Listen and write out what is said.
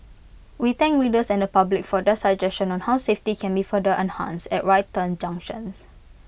we thank readers and the public for their suggestions on how safety can be further enhanced at right turn junctions